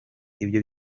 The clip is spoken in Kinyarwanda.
ibyo